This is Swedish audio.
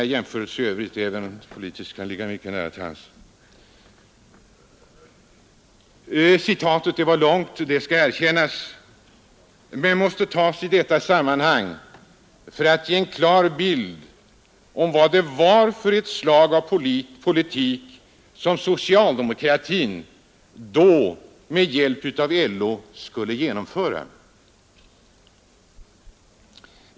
Citatet var långt, det skall erkännas, men måste tas i detta sammanhang för att ge en klar bild av vad det var för slag av politik som socialdemokratin då med hjälp utav LO skulle genomföra.